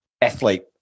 athlete